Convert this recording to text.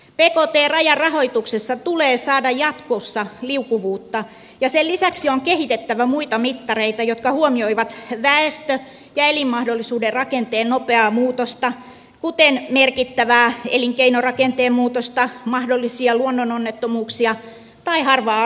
bkt rajaan rahoituksessa tulee saada jatkossa liukuvuutta ja sen lisäksi on kehitettävä muita mittareita jotka huomioivat väestö ja elinmahdollisuuden rakenteen nopeaa muutosta kuten merkittävää elinkeinorakenteen muutosta mahdollisia luonnononnettomuuksia tai harvaa asutusta